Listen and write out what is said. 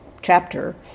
chapter